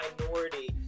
minority